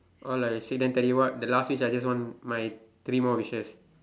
all like say then tele what the last wish I just want my three more wishes